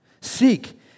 Seek